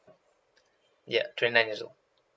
ya twenty nine years old